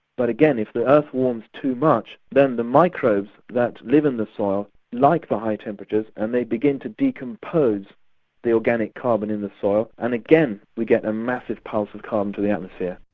but, again, if the earth warms too much, then the microbes that live in the soil like the high temperatures and they begin to decompose the organic carbon in the soil and again we get a massive pulse of carbon into the atmosphere.